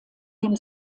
dem